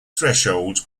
thresholds